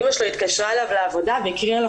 אימא שלו התקשרה אליו לעבודה והקריאה לו